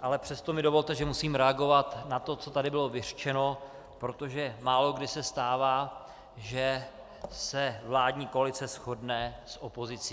ale přesto mi dovolte, že musím reagovat na to, co tady bylo vyřčeno, protože se málokdy stává, že se vládní koalice shodne s opozicí.